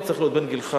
הוא צריך להיות בן גילך.